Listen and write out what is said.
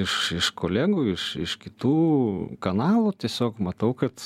iš iš kolegų iš iš kitų kanalų tiesiog matau kad